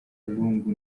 lungu